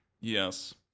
yes